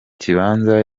kibanza